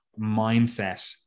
mindset